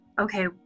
okay